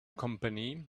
company